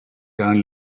turn